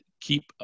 keep